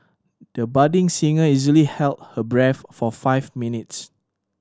the budding singer easily held her breath for five minutes